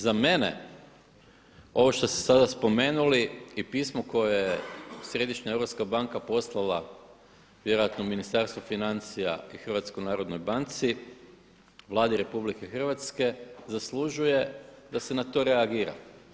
Za mene ovo što ste sada spomenuli i pismo koje Središnja europska banka poslala vjerojatno Ministarstvu financija i HNB-u, Vladi RH zaslužuje da se na to reagira.